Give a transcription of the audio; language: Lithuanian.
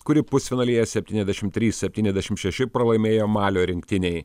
kuri pusfinalyje septyniasdešim trys septyniasdešim šeši pralaimėjo malio rinktinei